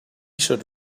should